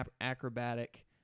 acrobatic